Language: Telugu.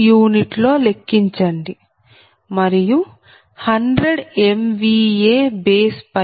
u లో లెక్కించండి మరియు 100 MVA బేస్ పై